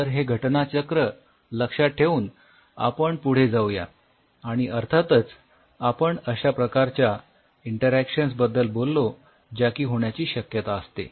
तर हे घटनाचक्र लक्षात ठेवून आपण पुढे जाऊ या आणि अर्थातच आपण अश्या प्रकारच्या इन्टेरॅक्शन्स बद्दल बोललो ज्या की होण्याची शक्यता असते